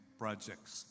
projects